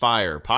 Fire